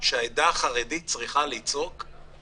שהעדה החרדית צריכה לצעוק זה